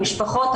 המשפחות,